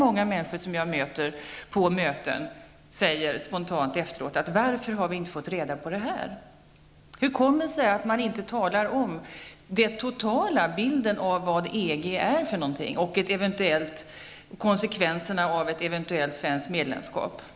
Många människor som jag träffar efter mötena säger spontant: Varför har vi inte fått reda på det här? Hur kommer det sig att man inte talar om vad den totala bilden av EG innebär och om vilka konsekvenserna blir av ett eventuellt svenskt medlemskap?